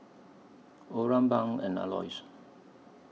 Oran Bunk and Aloys